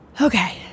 Okay